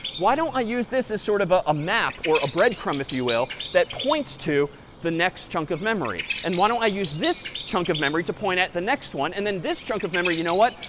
why don't i use this as sort of ah a map or a breadcrumb, if you will, that points to the next chunk of memory? and why don't i use this chunk of memory to point at the next one? and then this chunk of memory, you know what,